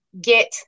get